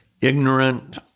ignorant